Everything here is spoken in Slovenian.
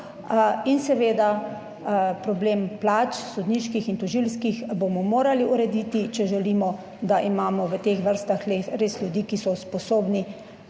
in seveda, problem plač sodniških in tožilskih, bomo morali urediti, če želimo, da imamo v teh vrstah res ljudi, ki so sposobni